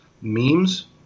Memes